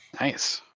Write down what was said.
Nice